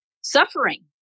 suffering